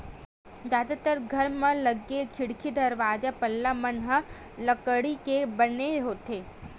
जादातर घर म लगे खिड़की, दरवाजा, पल्ला मन ह लकड़ी के बने होथे